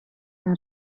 een